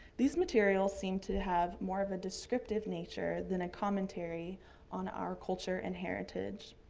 these materials seemed to have more of a descriptive nature than a commentary on our culture and heritage.